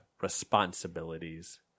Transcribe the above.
Responsibilities